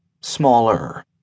smaller